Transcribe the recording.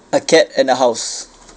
a cat and a house